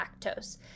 lactose